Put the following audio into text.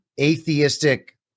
atheistic